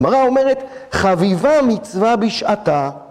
הגמרא אומרת, חביבה מצווה בשעתה.